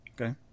Okay